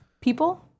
people